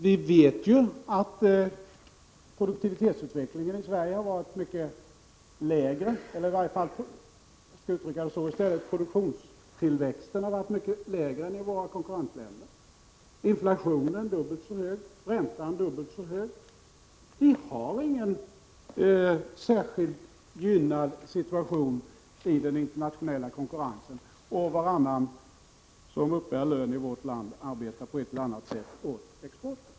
Vi vet att produktionstillväxten i Sverige har varit mycket lägre än i våra konkurrentländer, att inflationen har varit dubbelt så hög och att räntan varit dubbelt så hög. Vi har inte någon särskilt gynnad situation i den internationella konkurrensen, och varannan person som uppbär lön i vårt land arbetar på ett eller annat sätt åt exporten.